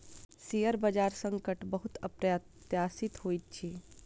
share बजार संकट बहुत अप्रत्याशित होइत अछि